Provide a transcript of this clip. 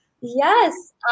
Yes